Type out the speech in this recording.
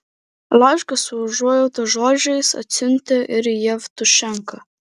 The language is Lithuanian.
laišką su užuojautos žodžiais atsiuntė ir jevtušenka